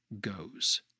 goes